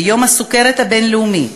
ביום הסוכרת הבין-לאומי,